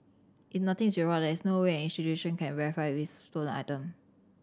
if nothing is there is no way an institution can verify if it is a stolen item